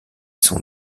sont